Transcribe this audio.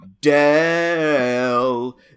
del